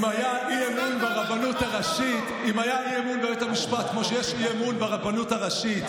אם היה אי-אמון בבית המשפט כמו שיש אי-אמון ברבנות הראשית,